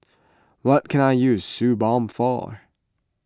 what can I use Suu Balm for